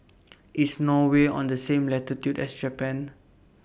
IS Norway on The same latitude as Japan